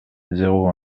zéro